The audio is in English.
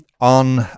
on